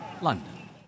London